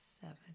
seven